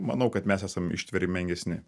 manau kad mes esam ištvermingesni